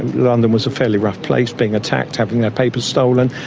london was a fairly rough place, being attacked, having their papers stolen,